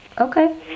okay